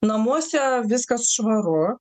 namuose viskas švaru